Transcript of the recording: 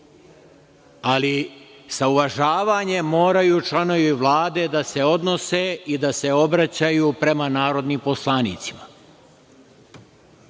ali sa uvažavanjem moraju članovi Vlade da se odnose i da se obraćaju prema narodnim poslanicima.